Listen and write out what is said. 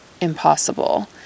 impossible